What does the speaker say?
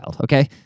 okay